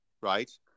right